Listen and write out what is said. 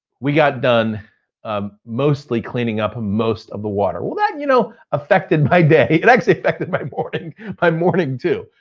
we got done ah mostly cleaning up most of the water. well that you know, affected my day. it actually affected my morning my morning too.